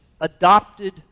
adopted